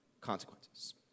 consequences